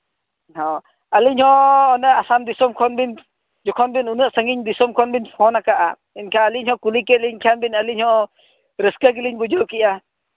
ᱦᱚᱸ ᱟᱹᱞᱤᱧ ᱦᱚᱸ ᱚᱱᱮ ᱟᱥᱟᱢ ᱫᱤᱥᱚᱢ ᱠᱷᱚᱱ ᱵᱤᱱ ᱡᱚᱠᱷᱚᱱ ᱵᱤᱱ ᱩᱱᱟᱹᱜ ᱥᱟᱺᱜᱤᱧ ᱫᱤᱥᱚᱢ ᱠᱷᱚᱱ ᱵᱤᱱ ᱯᱷᱳᱱ ᱟᱠᱟᱜᱼᱟ ᱮᱱᱠᱷᱟᱱ ᱟᱹᱞᱤᱧ ᱦᱚᱸ ᱠᱩᱞᱤ ᱠᱮᱫ ᱞᱤᱧ ᱠᱷᱟᱱ ᱵᱤᱱ ᱟᱹᱞᱤᱧ ᱦᱚᱸ ᱨᱟᱹᱥᱠᱟᱹ ᱜᱮᱞᱤᱧ ᱵᱩᱡᱷᱟᱹᱣᱱ ᱠᱮᱜᱼᱟ